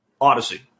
Odyssey